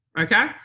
okay